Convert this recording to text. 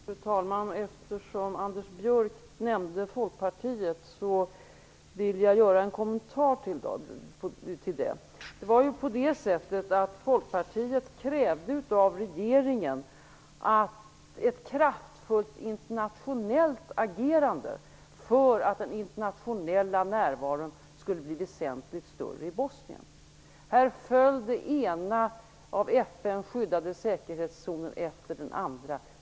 Fru talman! Eftersom Anders Björck nämnde Folkpartiet vill jag göra en kommentar. Folkpartiet krävde av regeringen ett kraftfullt internationellt agerande för att den internationella närvaron i Bosnien skulle bli väsentligt större. Här föll den ena av FN skyddade säkerhetszonen efter den andra.